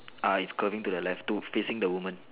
ah is curving to the left to facing the woman